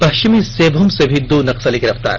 पश्चिमी सिंहभूम से भी दो नक्सली गिरफ्तार